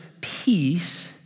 peace